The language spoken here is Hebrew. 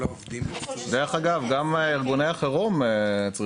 דרך אגב, גם כל ארגוני החירום צריכים.